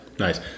Nice